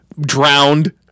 drowned